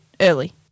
early